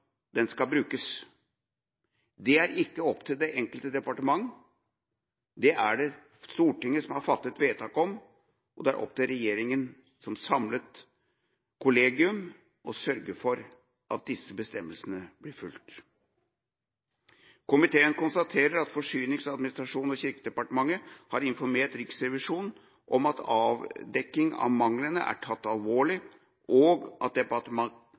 den skal brukes. Det er ikke opp til det enkelte departement. Det er det Stortinget som har fattet vedtak om, og det er opp til regjeringa som samlet kollegium å sørge for at disse bestemmelsene blir fulgt. Komiteen konstaterer at Fornyings-, administrasjons og kirkedepartementet har informert Riksrevisjonen om at avdekking av manglene er tatt alvorlig, og at